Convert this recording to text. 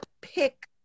pick